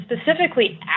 specifically